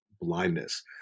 blindness